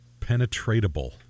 penetratable